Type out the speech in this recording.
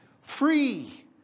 free